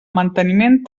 manteniment